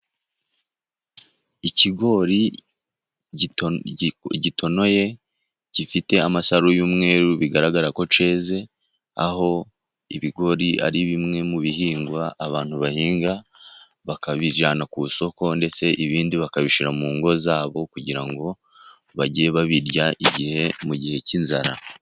Ikigori gitonoye, gifite amasaro y'umweru bigaragara ko keze, aho ibigori ari bimwe mu bihingwa abantu bahinga bakabijyana ku isoko, ndetse ibindi bakabishyira mu ngo zabo, kugira ngo bajye babirya mu gihe cy'inzara.